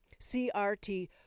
CRT